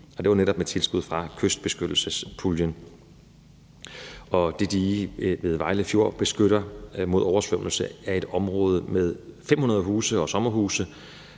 det var netop med tilskud fra kystbeskyttelsespuljen. Det dige ved Vejle Fjord beskytter mod oversvømmelse af et område med 500 huse og sommerhuse,